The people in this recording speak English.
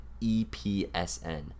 EPSN